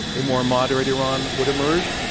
a more moderate iran would emerge.